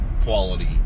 quality